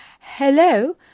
hello